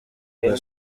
bwa